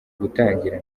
gutangira